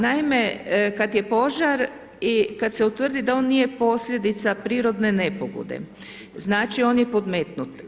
Naime, kad je požar i kad se utvrdi da on nije posljedica prirodne nepogode, znači, on je podmetnut.